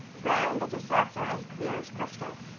round as a saucer and clear as crystal.